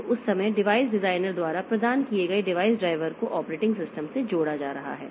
तो उस समय डिवाइस डिजाइनर द्वारा प्रदान किए गए डिवाइस ड्राइवर को ऑपरेटिंग सिस्टम से जोड़ा जा रहा है